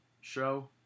show